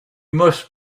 must